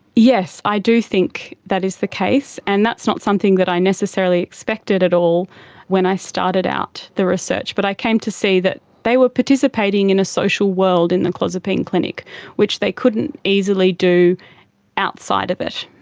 yes, i do think that is the case, and that's not something that i necessarily expected at all when i started out the research, but i came to see that they were participating in a social world in the clozapine clinic which they couldn't easily do outside of it.